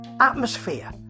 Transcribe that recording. atmosphere